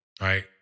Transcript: Right